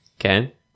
Okay